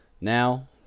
Now